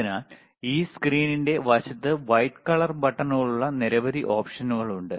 അതിനാൽ ഈ സ്ക്രീനിന്റെ വശത്ത് വൈറ്റ് കളർ ബട്ടണുകളുള്ള നിരവധി ഓപ്ഷനുകൾ ഉണ്ട്